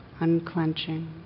unclenching